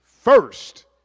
first